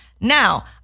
Now